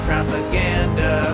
Propaganda